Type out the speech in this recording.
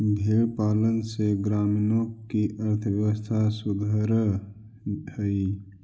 भेंड़ पालन से ग्रामीणों की अर्थव्यवस्था सुधरअ हई